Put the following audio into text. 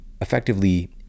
effectively